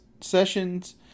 sessions